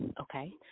Okay